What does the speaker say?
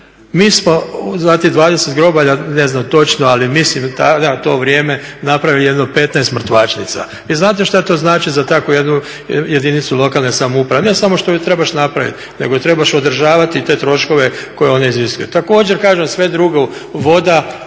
Mi smo za tih 20 grobalja, ne znam točno ali mislim tada to vrijeme napravili jedno 15 mrtvačnica. Vi znate šta to znači za tako jednu jedinicu lokalne samouprave, ne samo što trebaš napravit nego trebaš održavati te troškove koje one iziskuju. Također kažem sve drugo voda,